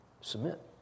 Submit